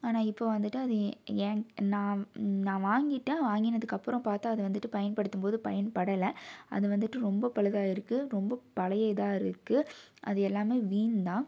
ஆனால் இப்போ வந்துட்டு அது எ என் நான் நான் வாங்கிட்டேன் வாங்கினதுக்கப்புறம் பார்த்தா அது வந்துட்டு பயன்படுத்தும் போது பயன்படலை அது வந்துட்டு ரொம்ப பழுதாகிருக்கு ரொம்ப பழையை இதாக இருக்குது அது எல்லாம் வீண் தான்